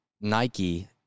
Nike